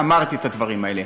אמרתי את הדברים האלה.